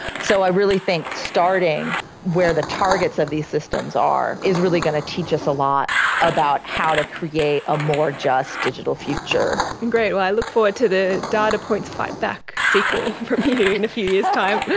so i really think starting where the targets of these systems are is really going to teach us a lot about how to create a more just digital future. and great, well, i look forward to the data points fightback sequel from you in a few years' time.